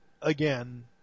again